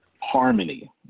Harmony